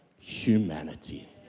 humanity